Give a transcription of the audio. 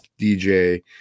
DJ